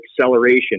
acceleration